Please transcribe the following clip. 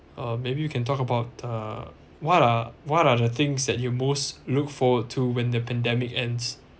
uh maybe you can talk about the uh what are what are the things that you most look forward to when the pandemic ends